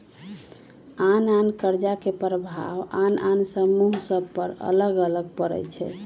आन आन कर्जा के प्रभाव आन आन समूह सभ पर अलग अलग पड़ई छै